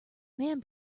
man